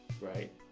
right